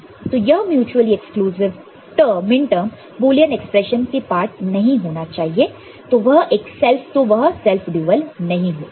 तो यह mutually exclusive minterm Boolean expression के पार्ट नहीं होना चाहिए तो वह सेल्फ ड्युअल नहीं होगा